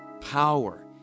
power